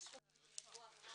בשעה 11:30.